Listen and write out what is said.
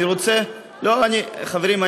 חברים,